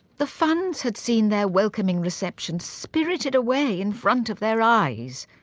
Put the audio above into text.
the funns had seen their welcoming reception spirited away in front of their eyes.